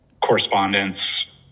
correspondence